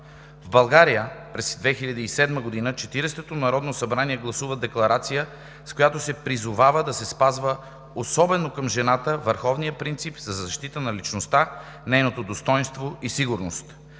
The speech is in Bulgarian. В България през 2007 г. Четиридесетото народно събрание гласува декларация, с която се призовава да се спазва, особено към жената, върховният принцип за защита на личността, нейното достойнство и сигурност.